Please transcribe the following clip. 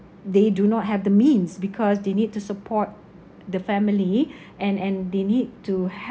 they do not have the means because they need to support the family and and they need to